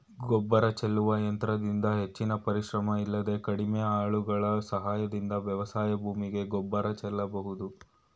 ಗೊಬ್ಬರ ಚೆಲ್ಲುವ ಯಂತ್ರದಿಂದ ಹೆಚ್ಚಿನ ಪರಿಶ್ರಮ ಇಲ್ಲದೆ ಕಡಿಮೆ ಆಳುಗಳ ಸಹಾಯದಿಂದ ವ್ಯವಸಾಯ ಭೂಮಿಗೆ ಗೊಬ್ಬರ ಚೆಲ್ಲಬೋದು